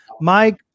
Mike